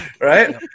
Right